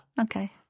Okay